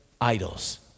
idols